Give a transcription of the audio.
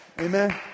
Amen